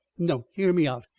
no! hear me out.